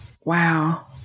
wow